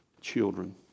children